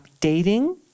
dating